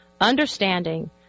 understanding